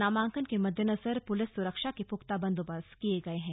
नामांकन के मद्देनजर पुलिस सुरक्षा के पुख्ता बंदोबस्त किये गए हैं